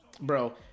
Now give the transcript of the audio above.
Bro